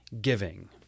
giving